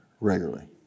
regularly